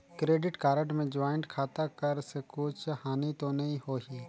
Credit card मे joint खाता कर से कुछ हानि तो नइ होही?